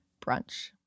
brunch